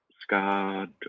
scarred